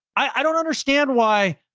i don't understand why.